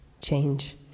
change